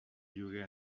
lloguer